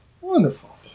Wonderful